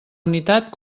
unitat